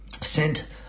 Sent